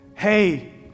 Hey